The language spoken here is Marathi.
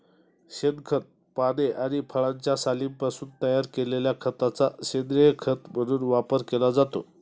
शेणखत, पाने आणि फळांच्या सालींपासून तयार केलेल्या खताचा सेंद्रीय खत म्हणून वापर केला जातो